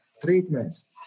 treatments